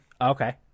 okay